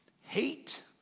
Hate